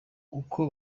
uko